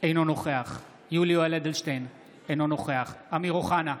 בואי נמשיך, ואחר כך,